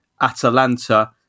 Atalanta